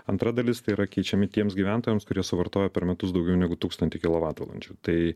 antra dalis tai yra keičiami tiems gyventojams kurie suvartoja per metus daugiau negu tūkstantį kilovatvalandžių tai